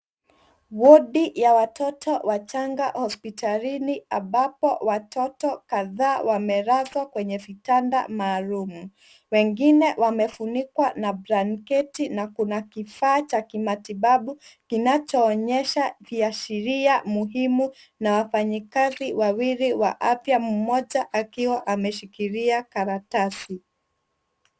Wodi ya watoto wachanga hospitalini ambapo watoto kadhaa wamelazwa kwenye vitanda maalum. Wengine wamefunikwa na blanketi na kuna kifaa cha kimatibabu kinachoonyesha viashiria muhimu na wafanyikazi wawili wa afya mmoja akiwa ameshikilia karatasi.